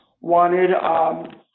wanted